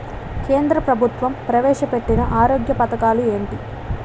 కేంద్ర ప్రభుత్వం ప్రవేశ పెట్టిన ఆరోగ్య పథకాలు ఎంటి?